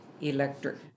electric